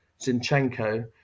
Zinchenko